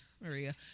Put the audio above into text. Maria